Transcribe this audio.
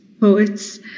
poets